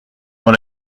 dans